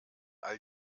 all